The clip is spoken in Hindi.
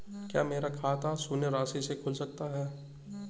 क्या मेरा खाता शून्य राशि से खुल सकता है?